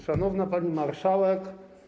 Szanowna Pani Marszałek!